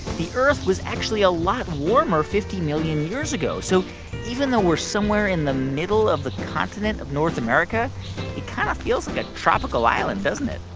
the earth was actually a lot warmer fifty million years ago. so even though we're somewhere in the middle of the continent of north america, it kind of feels like a tropical island, doesn't it?